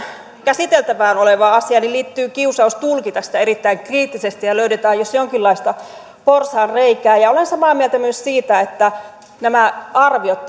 käsiteltävänä olevaan asiaan liittyy kiusaus tulkita sitä erittäin kriittisesti ja että niin löydetään jos jonkinlaista porsaanreikää olen samaa mieltä myös siitä että nämä arviot